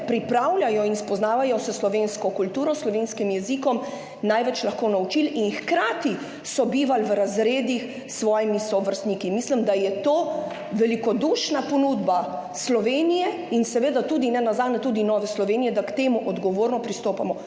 pripravljajo in spoznavajo s slovensko kulturo, s slovenskim jezikom, največ lahko naučili in hkrati sobivali v razredih s svojimi sovrstniki. Mislim, da je to velikodušna ponudba Slovenije in seveda nenazadnje tudi Nove Slovenije, da k temu odgovorno pristopamo